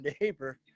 neighbor